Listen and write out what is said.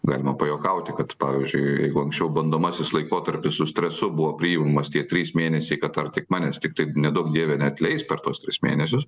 galima pajuokauti kad pavyzdžiui jeigu anksčiau bandomasis laikotarpis su stresu buvo priimamas tie trys mėnesiai kad ar tik manęs tiktai neduok dieve neatleis per tuos tris mėnesius